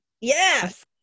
Yes